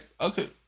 okay